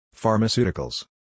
Pharmaceuticals